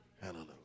Hallelujah